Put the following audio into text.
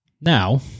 Now